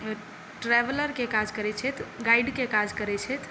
ट्रेवलरके काज करै छथि गाइडके काज करै छथि